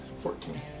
Fourteen